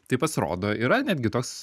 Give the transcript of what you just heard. tai pasirodo yra netgi toks